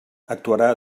actuarà